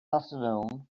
afternoon